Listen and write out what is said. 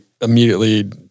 immediately